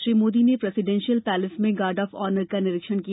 श्री मोदी ने presidential palace में guard of honour का निरीक्षण किया